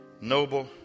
noble